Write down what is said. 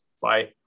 Bye